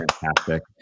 fantastic